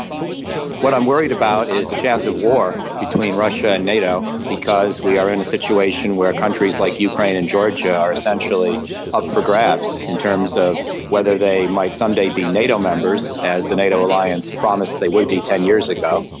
and sort of what i'm worried about is the chance of war between russia and nato because we are in a situation where countries like ukraine and georgia are essentially up for grabs in terms of whether they might some day be nato members, as the nato alliance promised they would be ten years ago,